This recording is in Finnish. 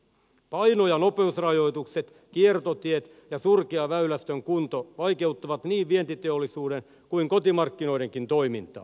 paino ja nopeusrajoitukset kiertotiet ja surkea väylästön kunto vaikeuttavat niin vientiteollisuuden kuin kotimarkkinoidenkin toimintaa